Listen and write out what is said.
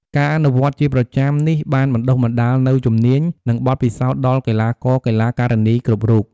ការអនុវត្តន៍ជាប្រចាំនេះបានបណ្ដុះបណ្ដាលនូវជំនាញ និងបទពិសោធន៍ដល់កីឡាករ-កីឡាការិនីគ្រប់រូប។